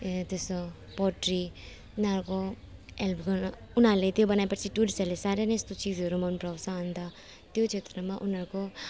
ए त्यस्तो पोट्री उनीहरूको हेल्प गर्नु उनीहरूले त्यो बनायोपछि टुरिस्टहरूले साह्रै नै यस्तो चिजहरू मनपराउँछ अन्त त्यो क्षेत्रमा उनीहरूको